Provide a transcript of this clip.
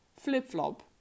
flip-flop